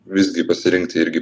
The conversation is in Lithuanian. visgi pasirinkti irgi